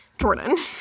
Jordan